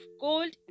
gold